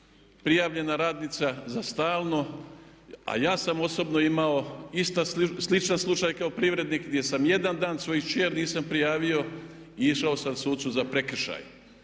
prijavljena radnica za stalno a ja sam osobno imao sličan slučaj kao privrednik gdje sam jedan dan svoju kćer nisam prijavio i išao sam sucu za prekršaj.